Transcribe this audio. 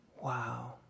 Wow